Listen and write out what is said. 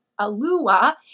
Alua